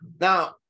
now